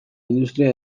industria